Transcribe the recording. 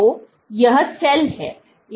तो यह सेल है